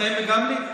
לכם וגם לי.